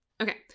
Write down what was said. Okay